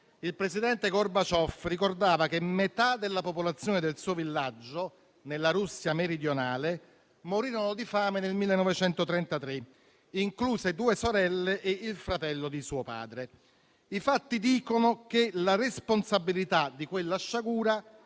Il presidente Gorbaciov ricordava che metà della popolazione del suo villaggio, nella Russia meridionale, morì di fame nel 1933, incluse due sorelle e il fratello di suo padre. I fatti dicono che la responsabilità di quella sciagura